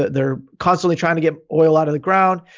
they're constantly trying to get oil out of the ground.